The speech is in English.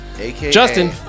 Justin